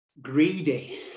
greedy